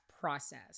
process